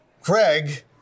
Craig